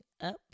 up